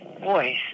voice